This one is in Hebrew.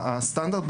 הסטנדרט,